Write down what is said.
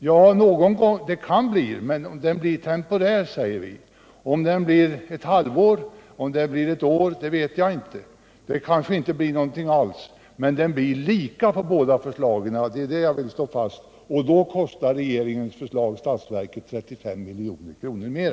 Ja, det kan bli en nedgång, men den blir temporär, säger vi — om den blir ett halvår eller ett år vet vi inte. Det kanske inte blir någon nedgång alls. Men den blir lika för båda förslagen — det är det jag vill slå fast. Och då kostar regeringens förslag statsverket 35 milj.kr. mer.